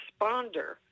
responder